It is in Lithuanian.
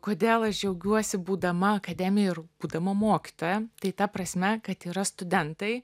kodėl aš džiaugiuosi būdama akademijoj ir būdama mokytoja tai ta prasme kad yra studentai